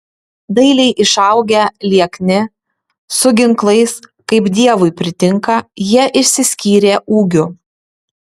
dailiai išaugę liekni su ginklais kaip dievui pritinka jie išsiskyrė ūgiu